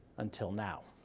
until now.